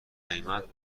قیمت